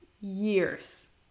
Years